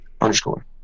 underscore